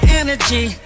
energy